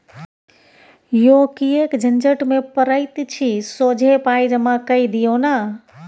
यौ किएक झंझट मे पड़ैत छी सोझे पाय जमा कए दियौ न